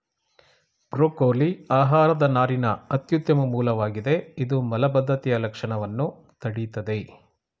broccoli ಆಹಾರದ ನಾರಿನ ಅತ್ಯುತ್ತಮ ಮೂಲವಾಗಿದೆ ಇದು ಮಲಬದ್ಧತೆಯ ಲಕ್ಷಣವನ್ನ ತಡಿತದೆ